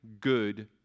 good